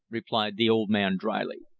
replied the old man dryly.